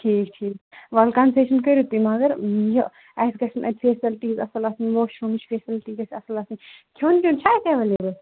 ٹھیٖک ٹھیٖک وَلہٕ کَنسیشَن کٔرِو تُہۍ مگر یہِ اَسہِ گژھن اَتہِ فیسَلٹیٖز اَصٕل آسٕنۍ واشروٗمٕچ فیسَلٹی گَژھِ اَصٕل آسٕنۍ کھیٚون چیٚون چھا اَتہِ ایٚولیبٕل